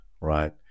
right